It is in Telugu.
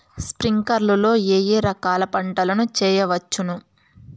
స్ప్రింక్లర్లు లో ఏ ఏ రకాల పంటల ను చేయవచ్చును?